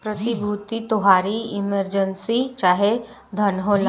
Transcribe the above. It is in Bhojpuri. प्रतिभूति तोहारी इमर्जेंसी चाहे धन होला